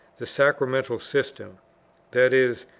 the sacramental system that is,